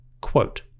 Quote